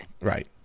right